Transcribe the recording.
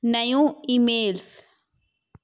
नयूं ईमेल्स